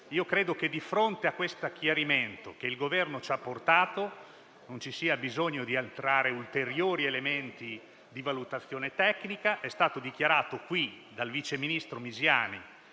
Io credo che, di fronte a questo chiarimento che il Governo ci ha portato, non ci sia bisogno di entrare in ulteriori elementi di valutazione tecnica. È stato dichiarato qui dal vice ministro Misiani